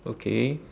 okay